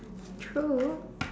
true